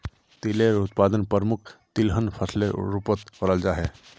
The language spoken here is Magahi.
तिलेर उत्पादन प्रमुख तिलहन फसलेर रूपोत कराल जाहा